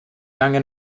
angen